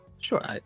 sure